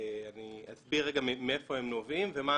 אני אסביר רגע מאיפה הם נובעים ומה